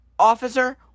officer